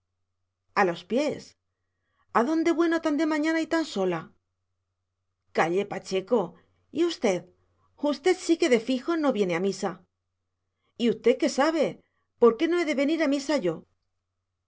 a los pies adónde bueno tan de mañana y tan sola calle pacheco y usted usted sí que de fijo no viene a misa y usted qué sabe por qué no he de venir a misa yo